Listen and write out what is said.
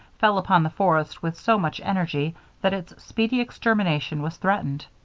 fell upon the forest with so much energy that its speedy extermination was threatened.